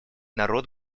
народ